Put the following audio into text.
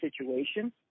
situation